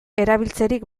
erabiltzerik